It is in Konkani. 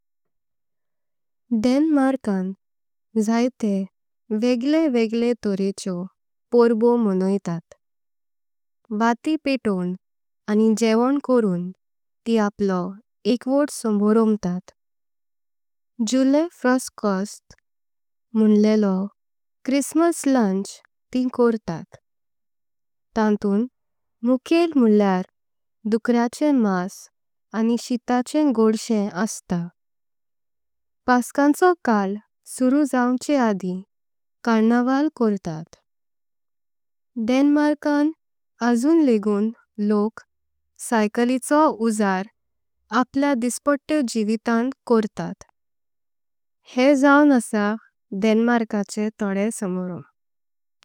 डेन्मार्कान जायतें वेग वेगळे तोरेकें परबो मोणोइतात। वाट्टी पेत्तोवून आनी जेवण्न करून तिम आपलो एकवट्त। सोमोरोम्बतात जुलेफ्रोकॉस्ट म्हुणेलो क्रिसमस लंच तिम। कर्तात तांतूंख म्हूकेल म्होल्लेार दुक्रमास आनी शीताचें। गोड्शे अस्तां पसकाचो काल सुरू जावचें आदिम कर्न्वाल। कर्तात डेन्मार्काम आजुन लगून लोक सायकलिंचो उजार आपल्या। दिवसां जगांत कर्तात हे जावन असा डेन्मार्काचे तोडे सोमोरोम्ब।